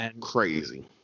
crazy